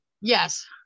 Yes